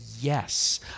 yes